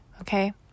okay